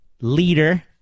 leader